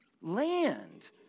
land